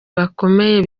bakomeye